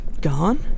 gone